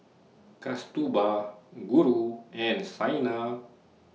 Kasturba Guru and Saina